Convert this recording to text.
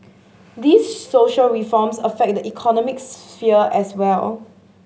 these social reforms affect the economic sphere as well